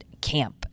camp